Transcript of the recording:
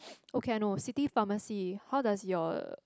okay I know city pharmacy how does your